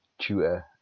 tutor